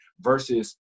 versus